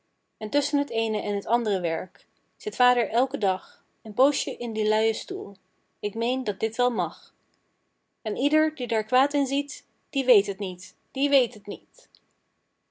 tusschen t eene en t and're werk zit vader elken dag een poosjen in dien luien stoel ik meen dat dit wel mag en ieder die daar kwaad in ziet die weet het niet die weet het niet